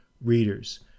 readers